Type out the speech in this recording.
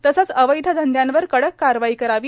तसेच अवैध धंद्यांवर कडक कारवाई करावी